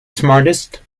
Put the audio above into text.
smartest